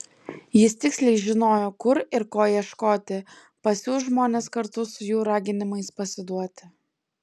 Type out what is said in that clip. jis tiksliai žinojo kur ir ko ieškoti pasiųs žmones kartu su jų raginimais pasiduoti